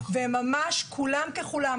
וכולם ככולם,